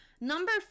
Number